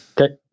Okay